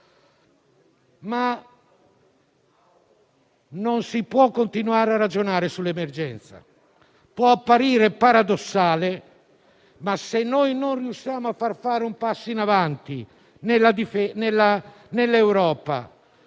Non si può continuare a ragionare sull'emergenza. Può apparire paradossale, ma dobbiamo riuscire a far fare un passo in avanti nell'Europa